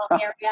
area